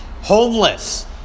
homeless